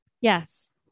Yes